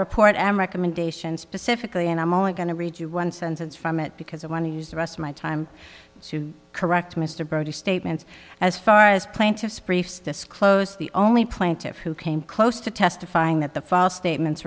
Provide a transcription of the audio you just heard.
report i am recommendation specifically and i'm only going to read you one sentence from it because i want to use the rest of my time to correct mr brody statements as far as plaintiff's briefs disclose the only plaintiffs who came close to testifying that the false statements